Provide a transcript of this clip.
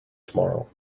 tomorrow